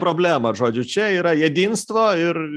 problemą žodžiu čia yra jedinstvo